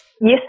Yes